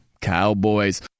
Cowboys